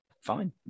fine